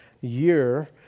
year